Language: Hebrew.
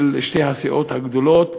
של שתי הסיעות הגדולות,